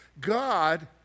God